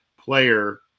player